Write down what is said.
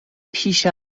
پیش